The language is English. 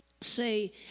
say